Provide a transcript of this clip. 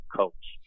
coach